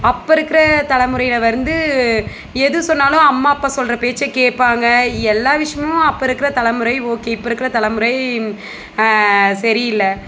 அப்போ இருக்கிற தலைமுறையில் வந்து எது சொன்னாலும் அம்மா அப்பா சொல்கிற பேச்சை கேப்பாங்க எல்லா விஷயமும் அப்போ இருக்கிற தலைமுறை ஓகே இப்போ இருக்கிற தலைமுறை சரியில்லை